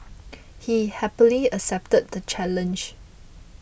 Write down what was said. he happily accepted the challenge